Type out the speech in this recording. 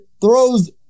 throws